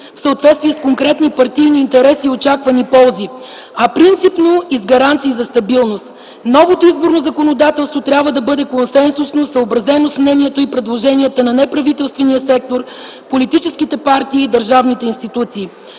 в съответствие с конкретни партийни интереси и очаквани ползи, а принципно и с гаранции за стабилност. Новото изборно законодателство трябва да бъде консенсусно съобразено с мненията и предложенията на неправителствения сектор, политическите партии и държавните институции.